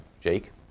Jake